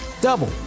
double